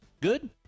good